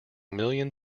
million